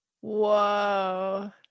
Whoa